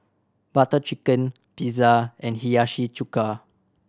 Butter Chicken Pizza and Hiyashi Chuka